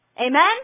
Amen